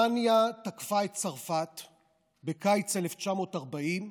בקיץ 1940,